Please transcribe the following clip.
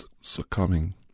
succumbing